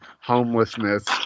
homelessness